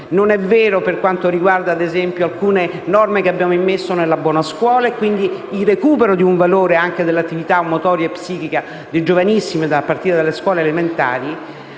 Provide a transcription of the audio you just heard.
- è vero per quanto riguarda, ad esempio, alcune norme che abbiamo immesso nella buona scuola, con il recupero del valore dell'attività motoria e psichica dei giovanissimi, a partire dalle scuole elementari;